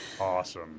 awesome